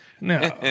No